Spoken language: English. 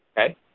okay